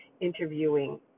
interviewing